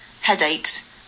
headaches